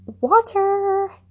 water